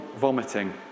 vomiting